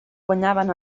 guanyaven